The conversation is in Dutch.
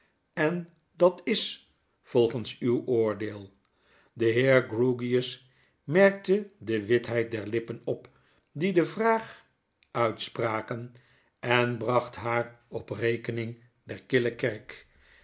en dat is volgens uw oordeel de heer grewgious merkte de witheid der lippen op die de vraag uitspraken en braeht haar op rekening der kille